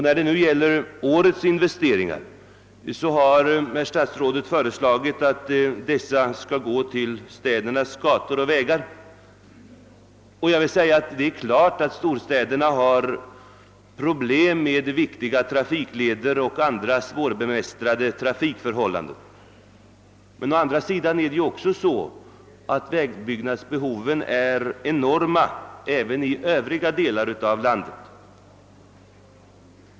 När det gäller årets investeringar har herr statsrådet föreslagit att ökningen främst skall gå till städernas gator och vägar. Det är klart att storstäderna har problem med viktiga trafikleder och andra svårbemästrade trafikförhållanden. Men å andra sidan kan sägas att vägbyggnadsbehoven är enorma även i övriga delar av landet.